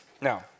Now